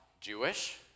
Jewish